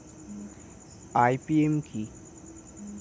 IPM কি?